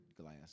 glass